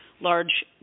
large